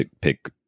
pick